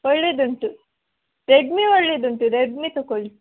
ಒಳ್ಳೆಯದುಂಟು ರೆಡ್ಮಿ ಒಳ್ಳೆಯದುಂಟು ರೆಡ್ಮಿ ತಗೋಳ್ಳಿ